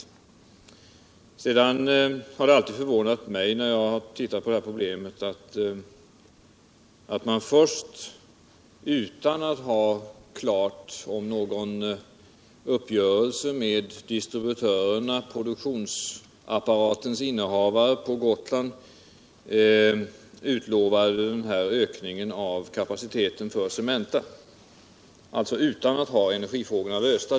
För det andra har det alltid förvånat mig när jag tittat på det här problemet att man utan att ha någon uppgörelse med distributörerna och produktionsapparatens innehavare på Gotland utlovade den här kapacitetsökningen för Cementa. Man lovade detta utan att ha energifrågorna lösta.